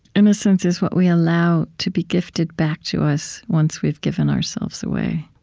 innocence is what we allow to be gifted back to us once we've given ourselves away.